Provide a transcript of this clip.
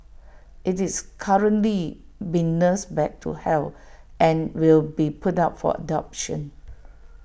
IT is currently being nursed back to health and will be put up for adoption